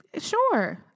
Sure